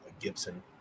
Gibson